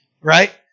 right